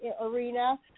arena